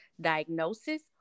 diagnosis